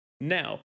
now